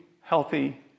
healthy